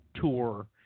tour